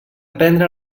prendre